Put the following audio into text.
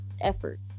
effort